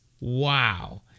Wow